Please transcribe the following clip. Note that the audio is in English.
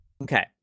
Okay